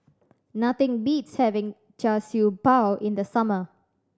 nothing beats having Char Siew Bao in the summer